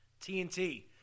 TNT